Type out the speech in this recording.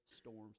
storms